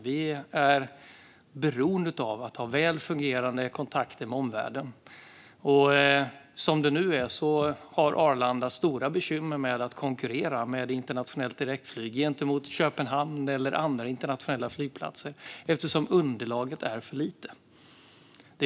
Vi är beroende av att ha väl fungerande kontakter med omvärlden. Som det nu är har Arlanda stora bekymmer med att konkurrera med internationellt direktflyg till och från Köpenhamn och andra internationella flygplatser, eftersom underlaget är för litet.